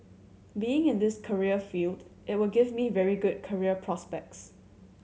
being in this career field it would give me very good career prospects